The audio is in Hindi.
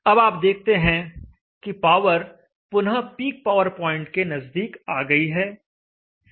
अब आप देखते हैं कि पावर पुनः पीक पावर पॉइंट के नजदीक आ गई है